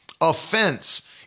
Offense